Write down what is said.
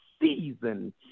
season